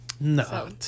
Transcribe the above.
No